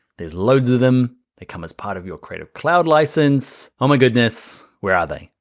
there's loads of them, they come as part of your credit cloud license. my goodness, where are they?